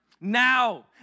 now